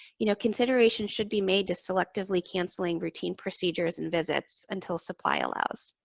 you know, considerations should be made to selectively canceling routine procedures and visits until supply allows.